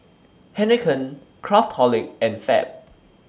Heinekein Craftholic and Fab